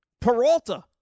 Peralta